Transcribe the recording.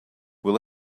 will